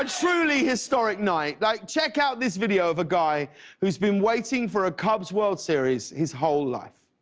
ah truly historic night. like check out this video of a guy who has been waiting for a cubs world series his whole life.